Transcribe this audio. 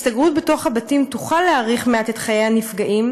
הסתגרות בתוך הבתים תוכל להאריך מעט את חיי הנפגעים,